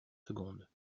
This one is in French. secondes